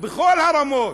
בכל הרמות,